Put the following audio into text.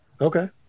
Okay